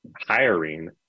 hiring